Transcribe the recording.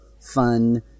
fun